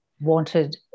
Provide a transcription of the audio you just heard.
wanted